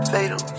Fatal